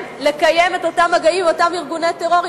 לקיים את אותם מגעים עם אותם ארגוני טרור,